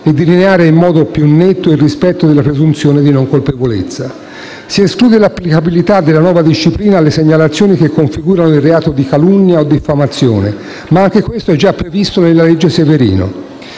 e delineare in modo più netto il rispetto della presunzione di non colpevolezza. Si esclude l'applicabilità della nuova disciplina alle segnalazioni che configurano il reato di calunnia o diffamazione, ma anche questo è già previsto nella cosiddetta legge Severino.